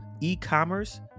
e-commerce